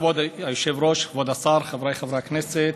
כבוד היושב-ראש, כבוד השר, חבריי חברי הכנסת,